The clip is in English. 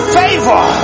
favor